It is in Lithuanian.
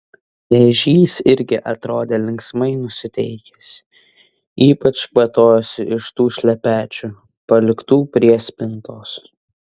ežys irgi atrodė linksmai nusiteikęs ypač kvatojosi iš tų šlepečių paliktų prie spintos